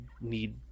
need